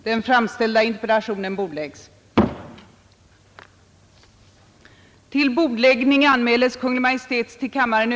Herr talman!